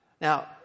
Now